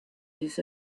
his